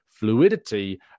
fluidity